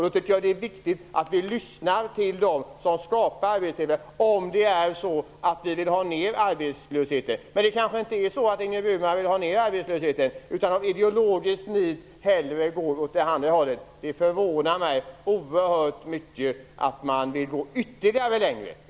Då är det viktigt att vi lyssnar på dessa om det är så att vi vill ha ner arbetslösheten. Men det vill kanske inte Ingrid Burman. Hon vill kanske av ideologiskt nit hellre gå åt det andra hållet. Det förvånar mig oerhört att man vill gå ännu längre.